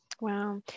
Wow